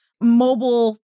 mobile